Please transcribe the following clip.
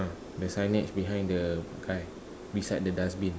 the signage behind the guy beside the dustbin